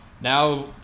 Now